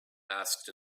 asked